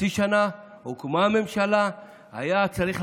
חצי שנה,